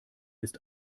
ist